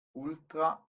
ultra